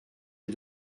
les